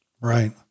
Right